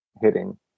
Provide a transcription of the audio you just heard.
hitting